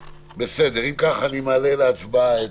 בסדר, אם כך אני מעלה להצבעה.